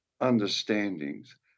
understandings